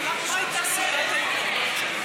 אבל מה הייתה סיבת ההתנגדות?